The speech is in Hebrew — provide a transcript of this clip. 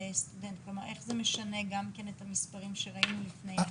איך זה משנה את המספרים שראינו לפני כן?